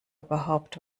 überhaupt